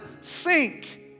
sink